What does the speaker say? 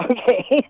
Okay